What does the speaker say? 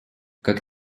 как